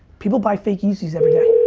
people buy fake yezzys everyday.